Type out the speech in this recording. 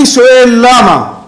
אני שואל: למה?